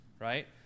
right